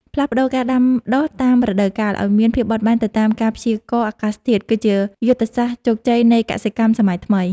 ផ្លាស់ប្តូរការដាំដុះតាមរដូវកាលឱ្យមានភាពបត់បែនទៅតាមការព្យាករណ៍អាកាសធាតុគឺជាយុទ្ធសាស្ត្រជោគជ័យនៃកសិកម្មសម័យថ្មី។